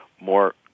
more